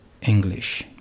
English